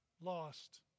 lost